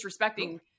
disrespecting –